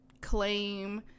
claim